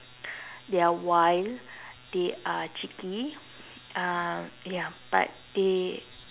they are wild they are cheeky um ya but they